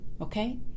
Okay